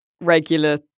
regular